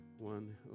one